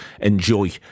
enjoy